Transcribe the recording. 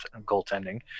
goaltending